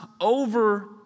over